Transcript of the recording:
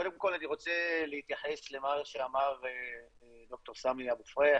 קודם כל אני רוצה להתייחס למה שאמר ד"ר סאמי אבו פריח,